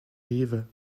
rives